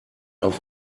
auf